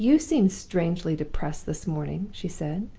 you seem strangely depressed this morning, she said.